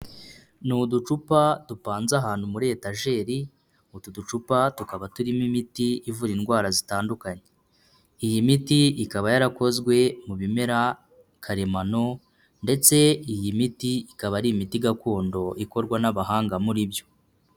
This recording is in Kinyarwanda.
Ni uducupa dupanze ahantu muri etajeri utu ducupa tukaba turimo imiti ivura indwara zitandukanye. Iyi miti ikaba yarakozwe mu bimera karemano ndetse iyi miti ikaba ari imiti gakondo ikorwa n'abahanga muri byo.